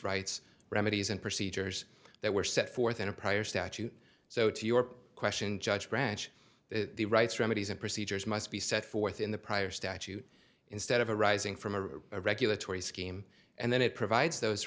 rights remedies and procedures that were set forth in a prior statute so to your question judge branch the rights remedies and procedures must be set forth in the prior statute instead of arising from a regulatory scheme and then it provides those